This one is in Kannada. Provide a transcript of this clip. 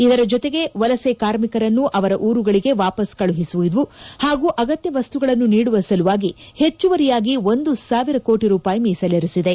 ಇದರ ಜೊತೆಗೆ ವಲಸೆ ಕಾರ್ಮಿಕರನ್ನು ಅವರ ಊರುಗಳಿಗೆ ವಾಪಸ್ ಕಳಿಸುವುದು ಹಾಗೂ ಅಗತ್ಯ ವಸ್ತುಗಳನ್ನು ನೀಡುವ ಸಲುವಾಗಿ ಹೆಚ್ಚುವರಿಯಾಗಿ ಒಂದು ಸಾವಿರ ಕೋಟಿ ರೂಪಾಯಿ ಮೀಸಲಿರಿಸಿದೆ